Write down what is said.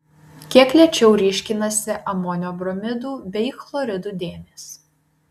kiek lėčiau ryškinasi amonio bromidų bei chloridų dėmės